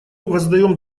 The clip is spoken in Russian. воздаем